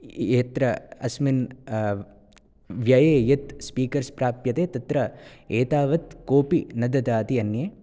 यत्र अस्मिन् व्यये यत् स्पीकर्स् प्राप्यते तत्र एतावत् कोऽपि न ददाति अन्ये